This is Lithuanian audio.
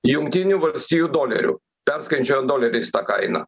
jungtinių valstijų dolerių perskaičiuojant doleriais tą kainą